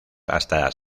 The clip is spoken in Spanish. hasta